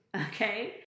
Okay